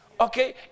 Okay